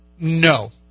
No